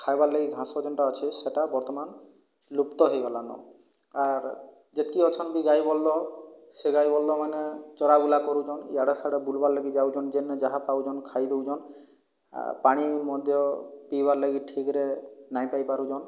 ଖାଇବାର ଲାଗି ଘାସ ଯେଉଁଟା ଅଛି ସେଇଟା ବର୍ତ୍ତମାନ ଲୁପ୍ତ ହୋଇଗଲାଣି ଆର୍ ଯେତିକି ଅଛନ୍ତି ବି ଗାଈ ବଳଦ ସେ ଗାଈ ବଳଦ ମାନେ ଚରା ବୁଲା କରୁଛନ୍ତି ଇଆଡ଼େ ସିଆଡ଼େ ବୁଲିବାର ଲାଗି ଯାଉଛନ୍ତି ଯେନେ ଯାହା ପାଉଛନ୍ତି ଖାଇଦେଉଛନ୍ତି ଆର୍ ପାଣି ମଧ୍ୟ ପିଇବାର୍ ଲାଗି ଠିକ୍ରେ ନାହିଁ ପାଇପାରୁଛନ୍ତି